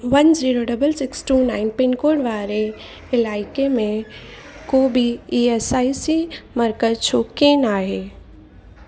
one zero double six two nine pin code वारे इलाइक़े में को बि ई एस आई सी मर्कज़ छो कोन आहे